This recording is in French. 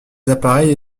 appareils